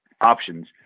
options